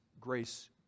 grace